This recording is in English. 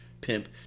pimp